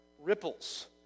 Ripples